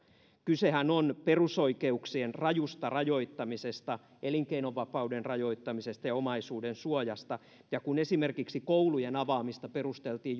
kysehän on perusoikeuksien rajusta rajoittamisesta elinkeinovapauden rajoittamisesta ja omaisuudensuojasta ja kun esimerkiksi koulujen avaamista perusteltiin